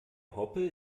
hoppe